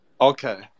Okay